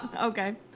Okay